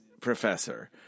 professor